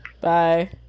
Bye